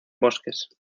bosques